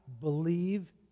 believe